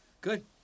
good